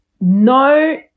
No